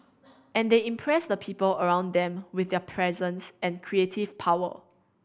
and they impress the people around them with their presence and creative power